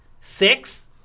six